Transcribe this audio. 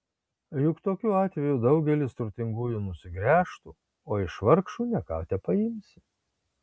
juk tokiu atveju daugelis turtingųjų nusigręžtų o iš vargšų ne ką tepaimsi